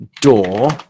door